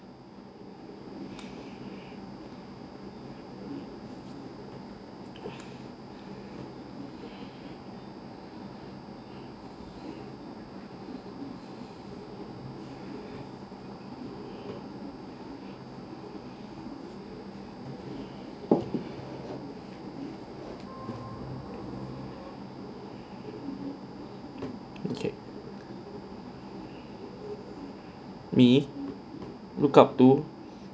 me look up to